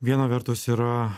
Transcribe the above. viena vertus yra